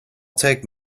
take